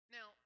Now